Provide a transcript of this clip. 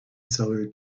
seller